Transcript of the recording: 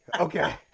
Okay